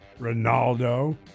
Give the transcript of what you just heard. Ronaldo